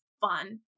fun